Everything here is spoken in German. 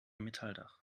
metalldach